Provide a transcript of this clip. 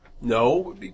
No